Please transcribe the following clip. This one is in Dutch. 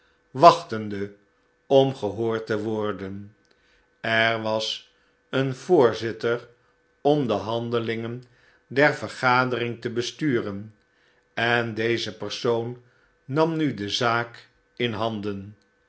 wachtende om gehoord te worden er was een voorzitter om de handelingen der vergadering te besturen en deze persoon nam nu de zaakin handen